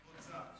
היא רוצה,